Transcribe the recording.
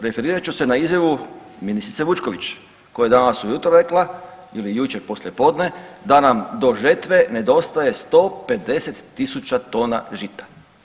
Referirat ću se na izjavu ministrice Vučković koja je danas u jutro rekla ili jučer poslije podne da nam do žetve nedostaje 150 000 tona žita.